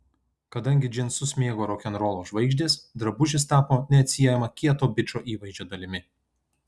kadangi džinsus mėgo rokenrolo žvaigždės drabužis tapo neatsiejama kieto bičo įvaizdžio dalimi